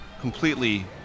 completely